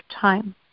time